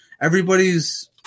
everybody's